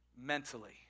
mentally